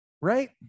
Right